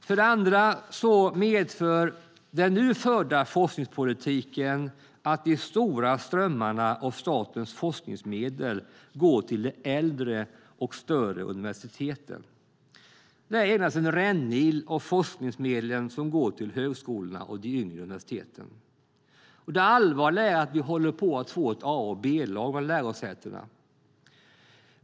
För det andra medför den nu förda forskningspolitiken att de stora strömmarna av statens forskningsmedel går till de äldre och större universiteten. Det är endast en rännil av forskningsmedlen som går till högskolorna och de yngre universiteten. Det allvarliga är att vi håller på att få ett A och B-lag bland lärosätena.